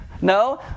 No